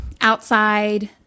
outside